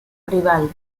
rival